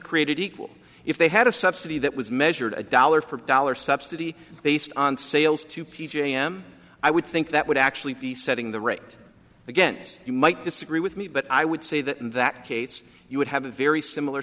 created equal if they had a subsidy that was measured a dollar for dollar subsidy based on sales to p j am i would think that would actually be setting the rate against you might disagree with me but i would say that in that case you would have very similar